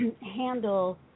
Handle